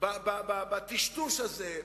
בטשטוש הזה,